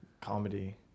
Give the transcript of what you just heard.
comedy